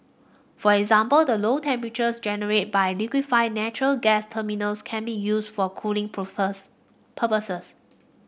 for example the low temperatures generated by liquefied natural gas terminals can be used for cooling purposes